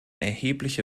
erhebliche